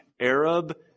Arab